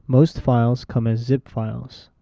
most files come as zip files,